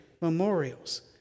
memorials